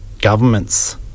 governments